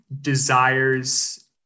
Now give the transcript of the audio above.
desires